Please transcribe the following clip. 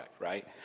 right